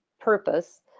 purpose